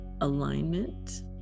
alignment